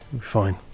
fine